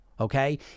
Okay